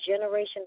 generation